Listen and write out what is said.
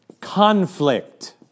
conflict